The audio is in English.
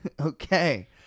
Okay